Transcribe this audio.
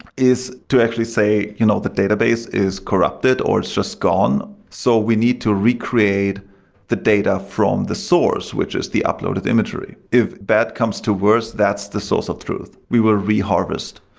is to actually say, you know the database is corrupted or it's just gone. so we need to recreate the data from the source, which is the uploaded imagery. if bad comes to worst, that's the source of truth. we will re-harvest.